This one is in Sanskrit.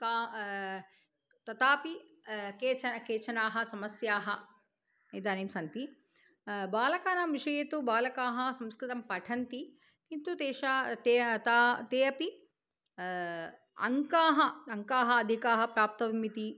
पा तथापि केचन केचनाः समस्याः इदानीं सन्ति बालकानां विषये तु बालकाः संस्कृतं पठन्ति किन्तु तेषां ते ता ते अपि अङ्काः अङ्काः अधिकाः प्राप्तव्यमिति